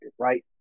right